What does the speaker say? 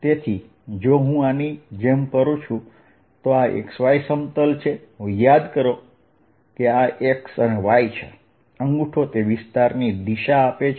તેથી જો હું આની જેમ ફરું છું તો આ XY સમતલ છે યાદ કરો આ x અને y છે અંગૂઠો તે વિસ્તારની દિશા આપે છે